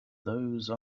those